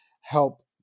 help